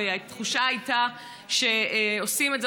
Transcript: והתחושה הייתה שעושים את זה,